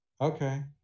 okay